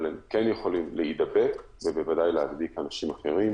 אבל הם יכולים להידבק ובוודאי להדביק אנשים אחרים,